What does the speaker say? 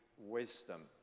wisdom